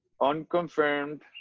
unconfirmed